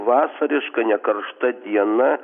vasariška nekaršta diena